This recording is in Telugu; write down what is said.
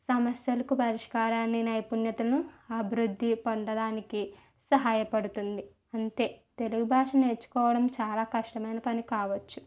సమస్యలకు పరిష్కారాన్ని నైపుణ్యతను అభివృద్ధి పొందడానికి సహాయ పడుతుంది అంతే తెలుగు భాష నేర్చుకోవడం చాలా కష్టమైన పని కావచ్చు